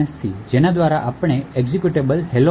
જેના દ્વારા આપણને એક્ઝેક્યુટેબલ hello